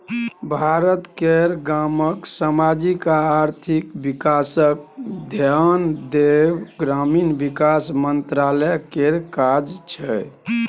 भारत केर गामक समाजिक आ आर्थिक बिकासक धेआन देब ग्रामीण बिकास मंत्रालय केर काज छै